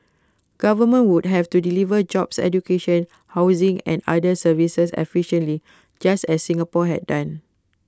governments would have to deliver jobs education housing and other services efficiently just as Singapore had done